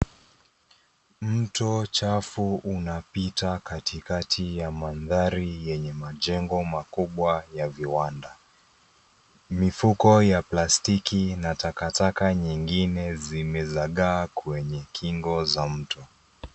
Mto chafu unapita kati kati ya mandhari yenye majengo makubwa ya viwanda. Mifuko ya plastiki, na takataka nyingine, zimezagaa kwenye kingo za mto.